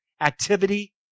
activity